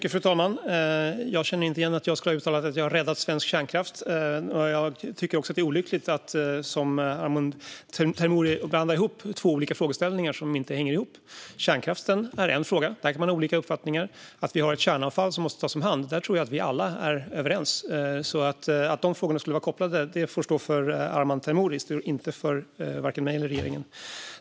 Fru talman! Jag känner inte igen att jag skulle ha uttalat att jag räddat svensk kärnkraft. Jag tycker också att det är olyckligt att, som Arman Teimouri gör, blanda ihop två olika frågeställningar som inte hänger ihop. Kärnkraften är en fråga. Där kan man ha olika uppfattningar. Men att vi har kärnavfall som måste tas om hand tror jag att vi alla är överens om, så att de frågorna skulle vara sammankopplade får stå för Arman Teimouri. Det står inte för vare sig mig eller regeringen.